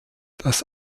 das